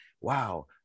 wow